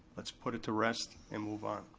let's put it to rest and move on.